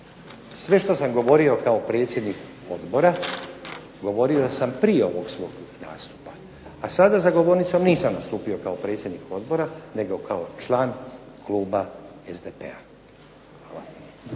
Sve što sam govorio kao predsjednik Odbora govorio sam prije ovog svog nastupa, a sada za govornicom nisam nastupio kao predsjednik Odbora, nego kao član kluba SDP-a. Hvala.